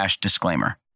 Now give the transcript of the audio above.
disclaimer